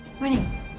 Morning